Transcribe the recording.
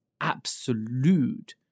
absolute